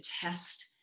test